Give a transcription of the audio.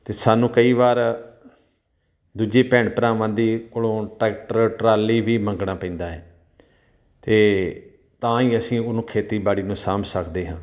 ਅਤੇ ਸਾਨੂੰ ਕਈ ਵਾਰ ਦੂਜੇ ਭੈਣ ਭਰਾਵਾਂ ਦੇ ਕੋਲੋਂ ਟਰੈਕਟਰ ਟਰਾਲੀ ਵੀ ਮੰਗਣਾ ਪੈਂਦਾ ਹੈ ਅਤੇ ਤਾਂ ਹੀ ਅਸੀਂ ਉਹਨੂੰ ਖੇਤੀਬਾੜੀ ਨੂੰ ਸਾਂਭ ਸਕਦੇ ਹਾਂ